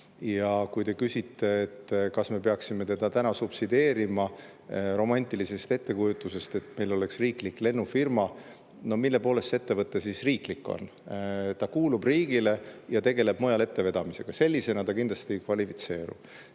Ja kui te küsite, kas me peaksime teda täna subsideerima romantilise ettekujutuse põhjal, et meil oleks riiklik lennufirma – no mille poolest see ettevõte siis riiklik on? Ta kuulub riigile ja tegeleb mujal ettevedamisega. Sellisena ta kindlasti ei kvalifitseeru.